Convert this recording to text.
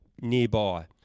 nearby